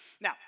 Now